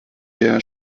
der